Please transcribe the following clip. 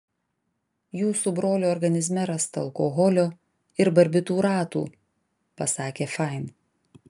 jūsų brolio organizme rasta alkoholio ir barbitūratų pasakė fain